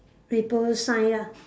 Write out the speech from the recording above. ripple sign ah